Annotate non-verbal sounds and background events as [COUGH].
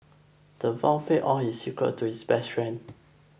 the [UNINTELLIGIBLE] all his secrets to his best friend